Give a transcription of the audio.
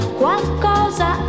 qualcosa